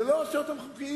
זה לא עושה אותם חוקיים,